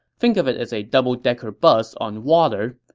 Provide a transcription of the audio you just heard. think of it as a doubledecker bus on water.